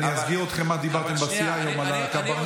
אני אסגיר על מה דיברתם בסיעה היום על הקברניט.